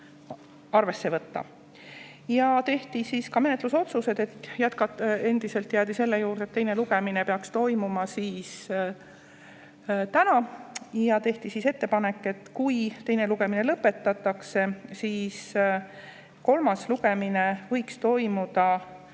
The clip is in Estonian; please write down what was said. arvesse võtta. Ja tehti ka menetlusotsused. Endiselt jäädi selle juurde, et teine lugemine peaks toimuma täna, ja tehti ettepanek, et kui teine lugemine lõpetatakse, siis kolmas lugemine võiks toimuda